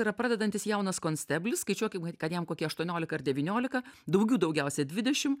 yra pradedantis jaunas konsteblis skaičiuokim kad jam kokie aštuoniolika ar devyniolika daugių daugiausia dvidešim